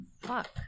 fuck